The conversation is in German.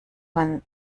man